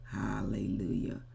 hallelujah